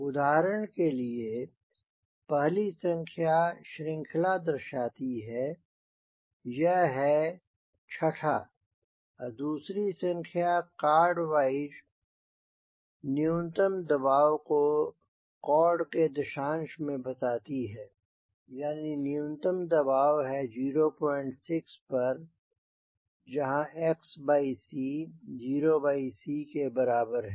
उदाहरण के लिए पहली संख्या श्रृंखला को दर्शाती है यह है 6 ठा दूसरी संख्या कॉर्ड वाइज न्यूनतम दबाव को कॉर्ड के दशांश में बताती है यानी न्यूनतम दबाव है 06 पर जहाँ x c 06 के बराबर है